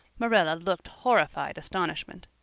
marilla looked horrified astonishment.